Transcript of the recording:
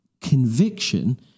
conviction